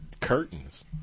Curtains